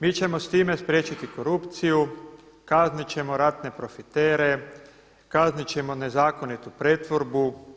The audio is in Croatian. Mi ćemo s time spriječiti korupciju, kaznit ćemo ratne profitere, kaznit ćemo nezakonitu pretvorbu.